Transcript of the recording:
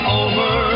over